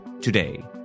today